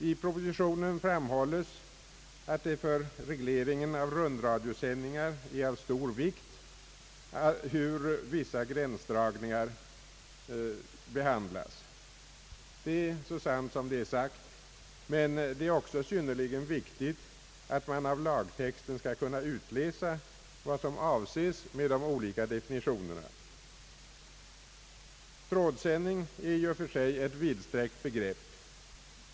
I propositionen framhålles att det för regleringen av rundradiosändningar är av stor vikt hur vissa gränsdragningsfrågor behandlas. Det är så sant som det är sagt, men det är också synnerligen viktigt att man av lagtexten skall kunna utläsa vad som avses med de olika definitionerna. Trådsändning är i och för sig ett vidsträckt begrepp.